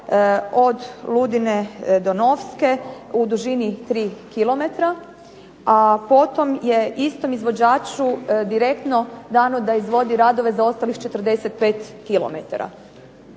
od Ludine do Novske, u dužini 3 kilometra, a potom je istom izvođaču direktno dano da izvodi radove za ostalih 45